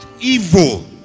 evil